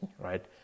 right